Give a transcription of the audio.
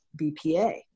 BPA